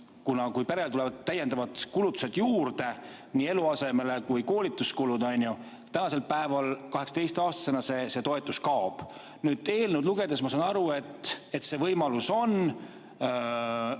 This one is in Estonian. kui perel tulevad täiendavad kulutused juurde, nii eluasemele kui ka koolituskulud, tänasel päeval 18‑aastasena see toetus kaob. Eelnõu lugedes ma saan aru, et võimalus on riigil